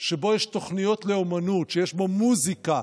שבו יש תוכניות לאומנות, שיש בו מוזיקה,